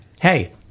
hey